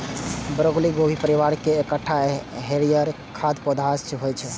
broccoli गोभी परिवार केर एकटा हरियर खाद्य पौधा होइ छै